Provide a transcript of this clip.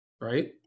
right